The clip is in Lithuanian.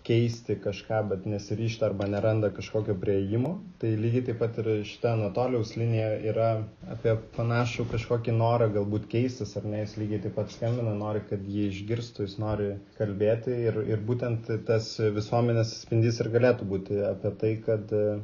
keisti kažką bet nesiryžta arba neranda kažkokio priėjimo tai lygiai taip pat ir šita anatolijaus linija yra apie panašų kažkokį norą galbūt keistis ar ne jis lygiai taip pat skambina nori kad jį išgirstų jis nori kalbėti ir ir būtent tas visuomenės atspindys ir galėtų būti apie tai kad